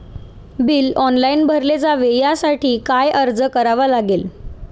Bill online भरले जावे यासाठी काय अर्ज करावा लागेल?